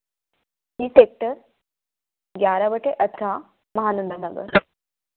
यह सेक्टर ग्यारह बट्टे अठारह महानंदा नगर